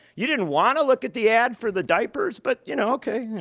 you didn't want to look at the ad for the diapers but you know ok.